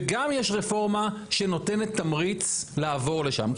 וגם יש רפורמה שנותנת תמריץ לעבור לשם.